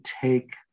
take